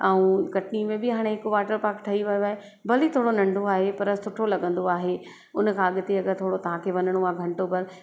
ऐं कटनी में बि हाणे हिकु वॉटर पार्क ठही वियो आहे भली थोरो नंढो आहे पर सुठो लॻंदो आहे उन खां अॻिते अगरि थोरो तव्हांखे वञिणो आहे घंटो घर